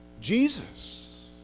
Jesus